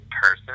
person